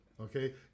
Okay